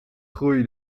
groei